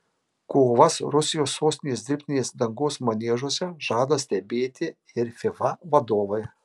kovas rusijos sostinės dirbtinės dangos maniežuose žada stebėti ir fifa vadovai